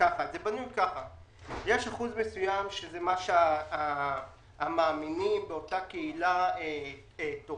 יש אחוז מסוים של מאמינים באותה קהילה שתורמים,